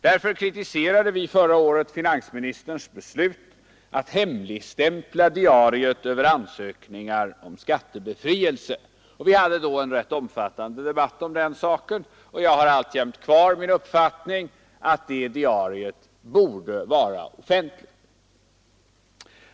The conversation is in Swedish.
Av det skälet kritiserade vi förra året finansminisfementen terns. beslut att hemligstämpla diariet över ansökningar om skattebefrielse. Det fördes då en rätt omfattande debatt om den saken, och jag vidhåller alltjämt min uppfattning att detta diarium borde vara offentligt.